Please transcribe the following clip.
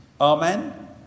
Amen